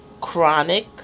chronic